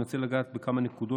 אני רוצה לגעת בכמה נקודות,